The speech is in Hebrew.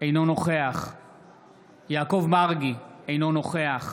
אינו נוכח יעקב מרגי, אינו נוכח